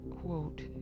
Quote